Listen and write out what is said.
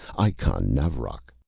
ikon navrojk